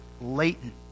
latent